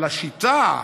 אבל השיטה,